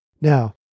Now